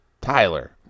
Tyler